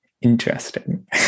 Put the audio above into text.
interesting